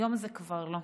היום זה כבר לא.